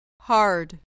hard